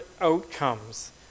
outcomes